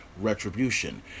retribution